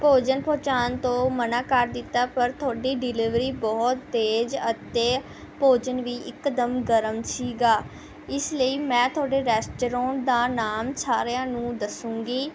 ਭੋਜਨ ਪਹੁੰਚਾਉਣ ਤੋਂ ਮਨ੍ਹਾ ਕਰ ਦਿੱਤਾ ਪਰ ਤੁਹਾਡੀ ਡਿਲੀਵਰੀ ਬਹੁਤ ਤੇਜ਼ ਅਤੇ ਭੋਜਨ ਵੀ ਇੱਕ ਦਮ ਗਰਮ ਸੀ ਇਸ ਲਈ ਮੈਂ ਤੁਹਾਡੇ ਰੈਸਟੋਰੋਂਟ ਦਾ ਨਾਮ ਸਾਰਿਆਂ ਨੂੰ ਦੱਸੂੰਗੀ